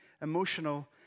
emotional